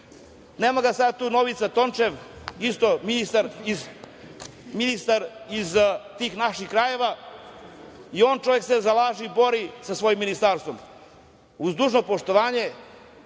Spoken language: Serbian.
razvija. Nije tu Novica Tončev, ministar iz tih naših krajeva, i on se čovek zalaže i bori sa svojim ministarstvom. Uz dužno poštovanje,